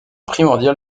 primordial